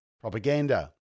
propaganda